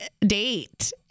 date